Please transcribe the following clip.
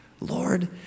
Lord